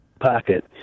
pocket